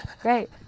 Great